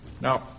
Now